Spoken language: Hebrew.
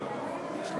אנחנו